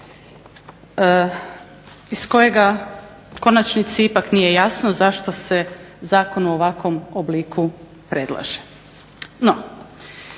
iz kojega u konačnici ipak nije jasno zašto se zakon u ovakvom obliku predlaže.